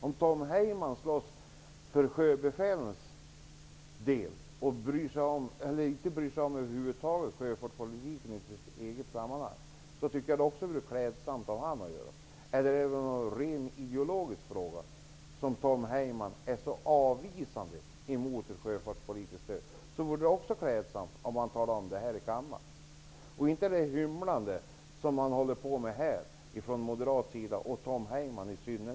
Om Tom Heyman slåss för sjöbefälens räkning och över huvud taget inte bryr sig om sjöfartspolitiken, vore det klädsamt om han sade det. Eller om det är av rent ideologiska skäl som Tom Heyman är så avvisande inför ett sjöfartspolitiskt stöd, vore det också klädsamt om han talade om det här i kammaren. Det vore bättre än det hymlande som kommer från moderat håll, och i synnerhet från Tom Heyman.